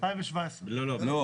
לא,